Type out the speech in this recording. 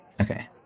okay